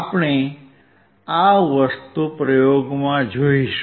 આપણે આ વસ્તુ પ્રયોગમાં જોઈશું